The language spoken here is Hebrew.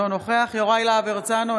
אינו נוכח יוראי להב הרצנו,